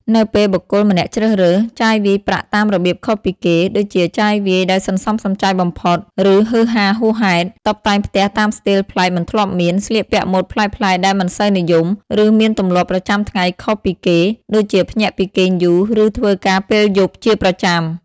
នៅពេលបុគ្គលម្នាក់ជ្រើសរើស ចាយវាយប្រាក់តាមរបៀបខុសពីគេ ដូចជាចាយវាយដោយសន្សំសំចៃបំផុត ឬហ៊ឺហាហួសហេតុ, តុបតែងផ្ទះតាមស្ទីលប្លែកមិនធ្លាប់មាន, ស្លៀកពាក់ម៉ូដប្លែកៗដែលមិនសូវនិយម, ឬមានទម្លាប់ប្រចាំថ្ងៃខុសពីគេ ដូចជាភ្ញាក់ពីគេងយូរ ឬធ្វើការពេលយប់ជាប្រចាំ។